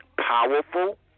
powerful